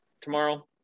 tomorrow